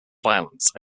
violence